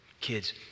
kids